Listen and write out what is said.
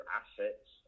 assets